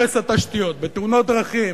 הרס התשתיות בתאונות דרכים,